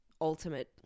ultimate